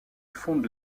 fonde